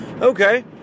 Okay